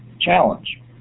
challenge